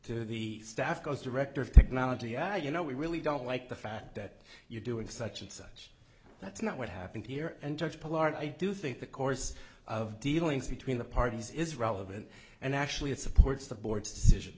to the staff goes director of technology i you know we really don't like the fact that you're doing such and such that's not what happened here and judge paul art i do think the course of dealings between the parties is relevant and actually it supports the board's decision